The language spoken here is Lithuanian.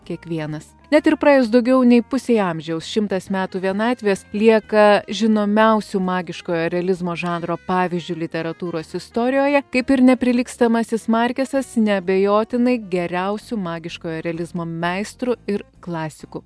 kiekvienas net ir praėjus daugiau nei pusei amžiaus šimtas metų vienatvės lieka žinomiausių magiškojo realizmo žanro pavyzdžiu literatūros istorijoje kaip ir neprilygstamasis markesas neabejotinai geriausiu magiškojo realizmo meistru ir klasiku